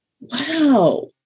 wow